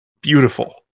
beautiful